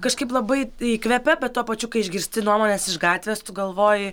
kažkaip labai įkvepia bet tuo pačiu kai išgirsti nuomones iš gatvės tu galvoji